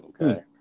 Okay